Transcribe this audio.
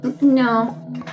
No